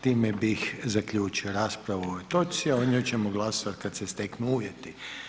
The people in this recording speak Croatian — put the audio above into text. Time bih zaključio raspravu o ovoj točci a o njoj ćemo glasovati kada se steknu uvjeti.